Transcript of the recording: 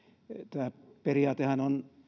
tämä periaatehan on